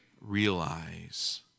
realize